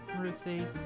Ruthie